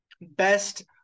best